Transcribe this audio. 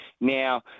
Now